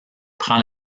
prend